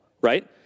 right